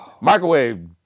microwave